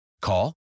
Call